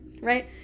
right